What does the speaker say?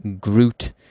Groot